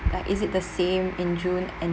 like is it the same in june and